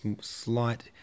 slight